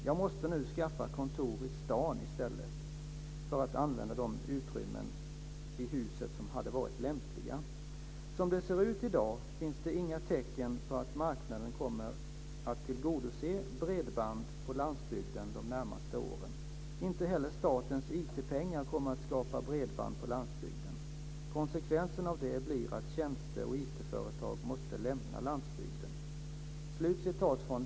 Jag måste nu skaffa kontor i stan i stället för att använda de utrymmen i huset som hade varit lämpliga. Som det ser ut i dag finns inga tecken på att marknaden kommer att tillgodose bredband på landsbygden de närmaste åren. Inte heller statens IT-pengar kommer att skapa bredband på landsbygden. Konsekvensen av det blir att tjänsteoch IT-företag måste lämna landsbygden.